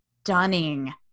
stunning